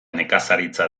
nekazaritza